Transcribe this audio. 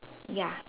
ya